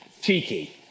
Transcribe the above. cheeky